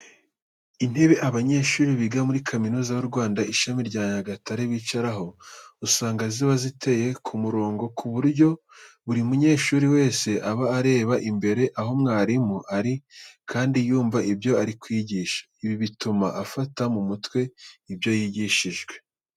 Intebe abanyeshuri biga muri Kaminuza y'u Rwanda, ishami rya Nyagatare bicaraho, usanga ziba ziteye ku murongo ku buryo buri munyeshuri wese aba areba imbere aho mwarimu ari, kandi yumva ibyo ari kwigisha. Ibi bituma afata mu mutwe ibyo yigishijwe.